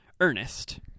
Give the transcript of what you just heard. Ernest